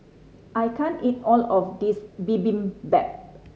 I can't eat all of this Bibimbap